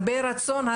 הרבה רצון,